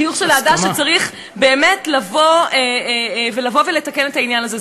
חיוך של אהדה, שצריך באמת לתקן את העניין הזה.